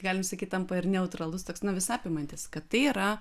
galim sakyt tampa ir neutralus toks na visa apimantis kad tai yra